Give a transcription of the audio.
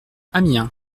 amiens